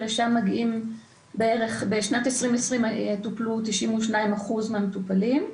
שם בשנת 2020 טופלו 92% מהמטופלים,